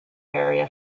area